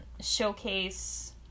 showcase